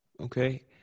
Okay